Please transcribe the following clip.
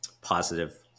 positive